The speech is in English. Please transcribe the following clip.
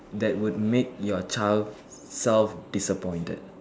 that would make your child self disappointed